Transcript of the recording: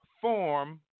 form